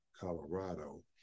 Colorado